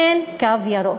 אין קו ירוק,